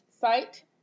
site